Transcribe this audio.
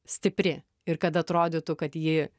stipri ir kad atrodytų kad jį